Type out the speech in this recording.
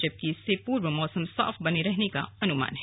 जबकि इससे पूर्व मौसम साफ बने रहने का अनुमान है